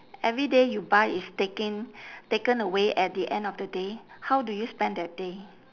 every day you buy is taking taken away at the end of the day how do you spend that day